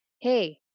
hey